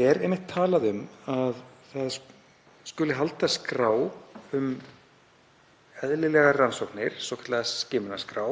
er einmitt talað um að halda skuli skrá um eðlilegar rannsóknir, svokallaða skipulagsskrá,